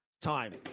time